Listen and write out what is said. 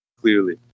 clearly